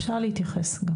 להתייחס.